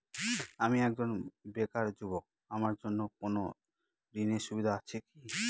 আমি একজন বেকার যুবক আমার জন্য কোন ঋণের সুবিধা আছে কি?